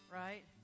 right